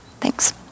Thanks